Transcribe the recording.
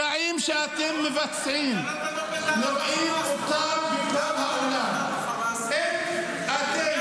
רוצים שכל העולם יראה את האמת דרך ערוץ 14. אתם